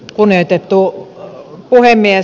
kunnioitettu puhemies